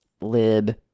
Lib